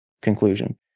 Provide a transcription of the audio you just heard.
conclusion